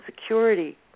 security